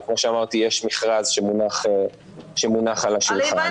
וכמו שאמרתי יש מכרז שמונח על השולחן.